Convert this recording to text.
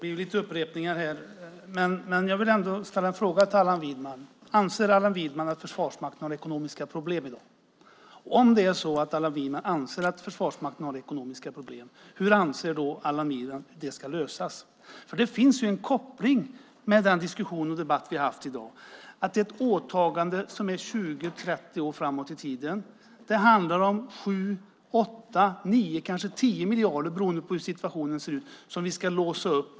Fru talman! Det blir lite upprepning, men jag vill ändå ställa en fråga till Allan Widman. Anser Allan Widman att Försvarsmakten har ekonomiska problem i dag? Om han anser att Försvarsmakten har ekonomiska problem, hur anser han i så fall att de ska lösas? Det finns en koppling till den diskussion vi haft i dag för det finns ett åtagande 20-30 år framåt i tiden. Det handlar om 7, 8, 9, kanske 10 miljarder, beroende på hur situationen ser ut, som vi ska låsa upp.